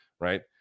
right